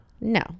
No